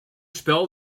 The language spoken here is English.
spell